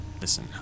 Listen